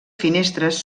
finestres